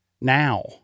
now